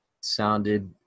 sounded